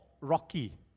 Rocky